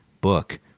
book